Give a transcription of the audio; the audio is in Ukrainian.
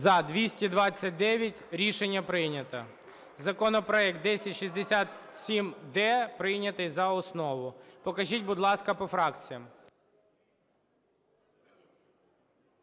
За-229 Рішення прийнято. Законопроект 1067-д прийнятий за основу. Покажіть, будь ласка, по фракціям.